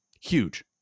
huge